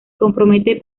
compromete